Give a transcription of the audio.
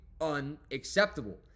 unacceptable